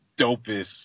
dopest